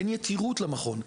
אין יתירות למכון.